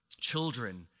Children